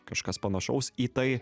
kažkas panašaus į tai